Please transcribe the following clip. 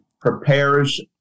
prepares